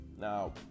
Now